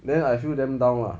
then I feel damn down lah